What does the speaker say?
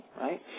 right